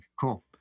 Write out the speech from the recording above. Cool